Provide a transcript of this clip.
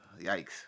Yikes